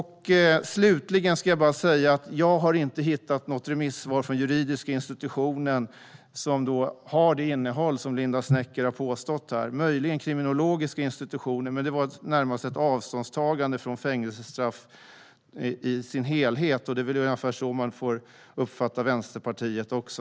Slutligen har jag inte hittat något remissvar från juridiska institutionen som har det innehåll som Linda Snecker påstod. Det var möjligen kriminologiska institutionen, men det var närmast ett avståndstagande från fängelsestraff i dess helhet. Det är ungefär så man får uppfatta Vänsterpartiet också.